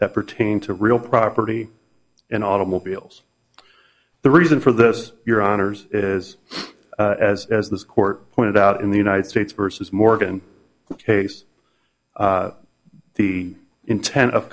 that pertain to real property and automobiles the reason for this your honour's is as as this court pointed out in the united states versus morgan case the intent of